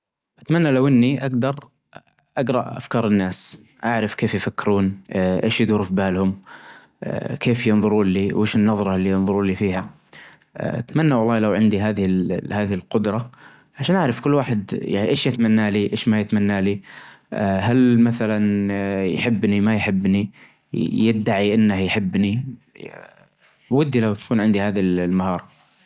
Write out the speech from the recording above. أتمنى لو إنى أقدر أجرا أفكار الناس، أعرف كيف يفكرون، أيش يدور فبالهم كيف ينظروا ل وأيش النظرة اللى ينظروا لى فيها، أتمنى والله لو عندى هذى ال-هذى القدرة عشان أعرف كل واحد أيش يتمنالى أيش ما يتمنالى، هل مثلا يحبنى ما يحبنى يدعى أنه يحبنى ودى لو يكون عندى هذه ال-المهارة.